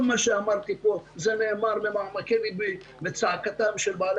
כל מה שאמרתי פה נאמר ממעמקי לבי וצעקתם של 40,000 בעלי